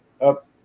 up